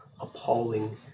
appalling